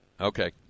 Okay